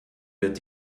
wird